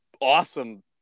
awesome